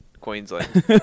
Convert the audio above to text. Queensland